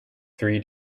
three